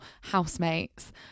housemates